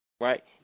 Right